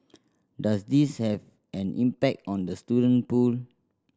does this have an impact on the student pool